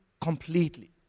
completely